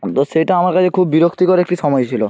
তো সেটা আমার কাছে খুব বিরক্তিকর একটি সময় ছিলো